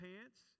pants